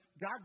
God